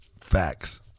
Facts